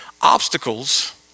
Obstacles